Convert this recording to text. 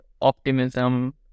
optimism